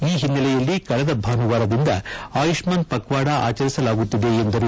ಈ ಹಿನ್ನೆಲೆಯಲ್ಲಿ ಕಳೆದ ಭಾನುವಾರದಿಂದ ಆಯುಷ್ನಾನ್ ಪಕ್ವಾಡ ಆಚರಿಸಲಾಗುತ್ತಿದೆ ಎಂದರು